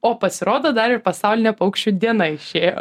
o pasirodo dar ir pasaulinė paukščių diena išėjo